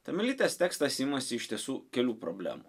tamelytės tekstas imasi ištisų kelių problemų